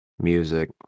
music